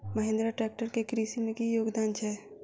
Mahindra tractor केँ कृषि मे की योगदान छै?